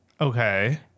Okay